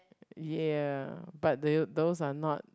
ya but the~ those are not